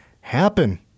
happen